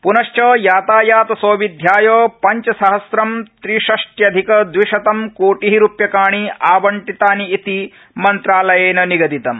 प्नश्च यातायात सौविध्याय पञ्चसहसं त्रिषष्ट्यधिक दविशतं कोटि रुप्यकाणि आवंटितानि इति मन्त्रालयेन निगदितम्